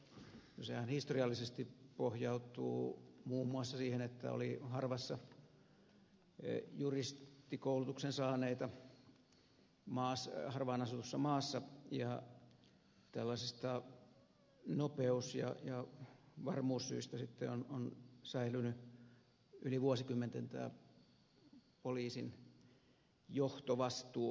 no sehän historiallisesti pohjautuu muun muassa siihen että oli harvassa juristikoulutuksen saaneita harvaan asutussa maassa ja tällaisista nopeus ja varmuussyistä sitten on säilynyt yli vuosikymmenten tämä poliisin johtovastuu esitutkinnasta